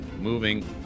moving